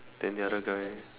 then the other guy eh